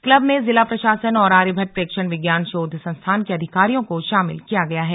club में जिला प्रशासन और आर्यभट्ट प्रेक्षण विज्ञान शोध संस्थान के अधिकारियों को शामिल किया गया है